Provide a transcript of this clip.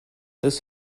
this